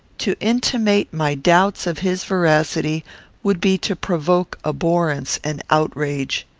to intimate my doubts of his veracity would be to provoke abhorrence and outrage.